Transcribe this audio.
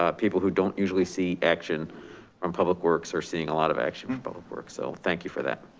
ah people who don't usually see action from public works are seeing a lot of action from public work. so thank you for that.